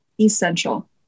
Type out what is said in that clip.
Essential